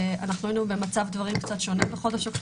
היינו במצב דברים קצת שונה אז.